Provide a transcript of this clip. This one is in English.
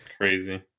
crazy